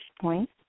point